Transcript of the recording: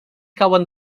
cauen